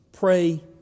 Pray